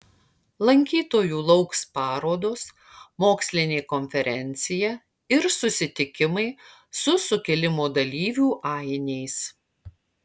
lankytojų lauks parodos mokslinė konferencija ir susitikimai su sukilimo dalyvių ainiais